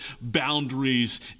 boundaries